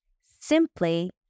simply